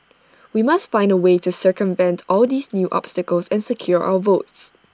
we must find A way to circumvent all these new obstacles and secure our votes